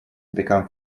become